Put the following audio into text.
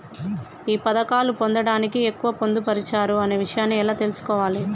ఈ పథకాలు పొందడానికి ఎక్కడ పొందుపరిచారు అనే విషయాన్ని ఎలా తెలుసుకోవాలి?